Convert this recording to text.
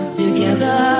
together